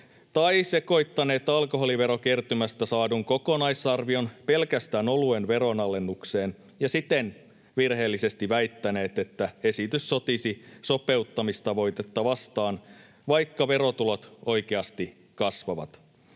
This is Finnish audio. tai sekoittaneet alkoholiverokertymästä saadun kokonaisarvion pelkästään oluen veronalennukseen ja siten virheellisesti väittäneet, että esitys sotisi sopeuttamistavoitetta vastaan, vaikka verotulot oikeasti kasvavat.